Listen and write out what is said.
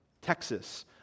Texas